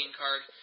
card